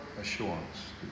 assurance